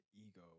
ego